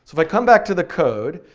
if i come back to the code,